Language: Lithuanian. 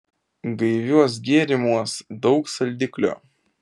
gaiviuos gėrimuos daug saldiklio